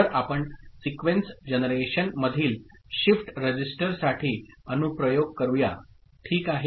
तर आता आपण सीक्वेन्स जनरेशन मधील शिफ्ट रजिस्टरसाठी अनुप्रयोग करूया ठीक आहे